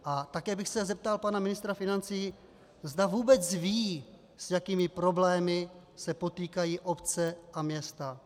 A také bych se zeptal pana ministra financí, zda vůbec ví, s jakými problémy se potýkají obce a města.